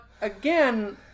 again